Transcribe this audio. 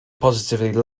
positively